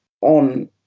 on